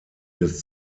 des